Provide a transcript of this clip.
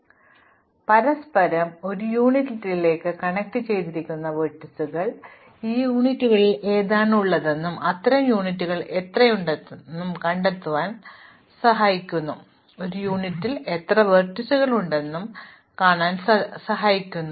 അതിനാൽ അവ ശേഖരിക്കാൻ ഞങ്ങൾ ഗ്രൂപ്പുചെയ്യാൻ ആഗ്രഹിക്കുന്നു പരസ്പരം ഒരു യൂണിറ്റിലേക്ക് കണക്റ്റുചെയ്തിരിക്കുന്ന വെർട്ടീസുകൾ ഈ യൂണിറ്റുകളിൽ ഏതാണ് ഉള്ളതെന്നും അത്തരം യൂണിറ്റുകൾ എത്രയുണ്ടെന്നും കണ്ടെത്തുന്നു അതിൽ ലംബങ്ങൾ ഒരേ യൂണിറ്റിൽ ഉൾപ്പെടുന്നു